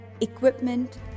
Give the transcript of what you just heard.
Equipment